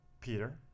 peter